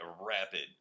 rapid